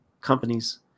companies